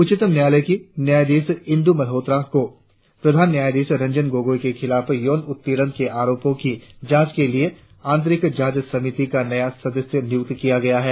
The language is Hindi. उच्चतम न्यायालय की न्यायाधीश इंद्र मल्होत्रा को प्रधान न्यायाधीश रंजन गोगोई के खिलाफ यौन उत्पीड़न के आरोपों की जांच के लिए आतंरिक जांच समिति का नया सदस्य नियुक्त किया किया गया है